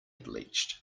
bleached